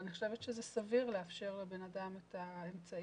אבל אני חושבת שזה סביר לאפשר לאדם את האמצעים.